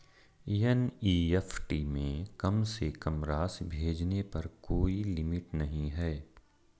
NEFT में कम से कम राशि भेजने पर कोई लिमिट नहीं है